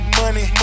money